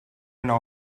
know